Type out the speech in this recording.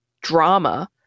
drama